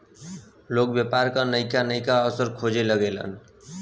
लोग व्यापार के नइका नइका अवसर खोजे लगेलन